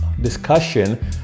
discussion